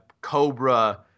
cobra